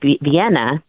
Vienna